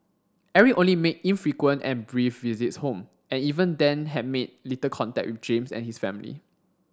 Eric only made infrequent and brief visits home and even then had made little contact with James and his family